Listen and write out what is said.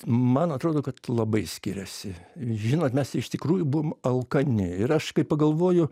man atrodo kad labai skiriasi žinot mes iš tikrųjų buvom alkani ir aš kai pagalvoju